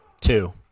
Two